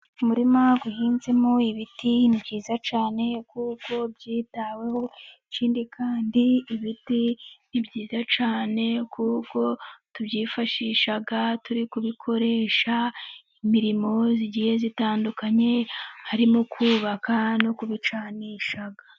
Umurima uhinzemo ibiti ni byiza cyane kuko byitaweho. Ikindi kandi ibiti ni byiza cyane kuko tubyifashisha turi kubikoresha imirimo igiye itandukanye harimo kubaka no kubicanisha.